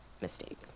mistake